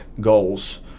goals